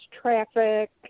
traffic